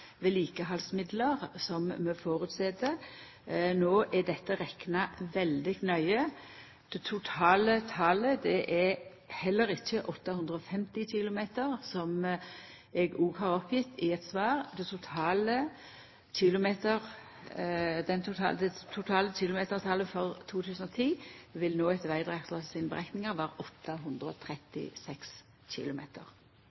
vedlikehaldsmidlar som vi føreset. No er dette rekna veldig nøye på. Det totale talet er heller ikkje 850 km, som eg òg har gjeve som svar. Det totale kilometertalet for 2010 vil no, etter